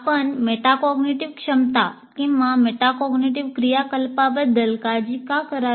आपण मेटाकॅग्निटिव्ह क्षमता किंवा मेटाकग्निटिव्ह क्रियाकलापांबद्दल काळजी का करावी